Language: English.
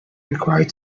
required